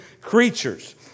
creatures